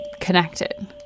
connected